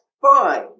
fine